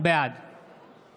בעד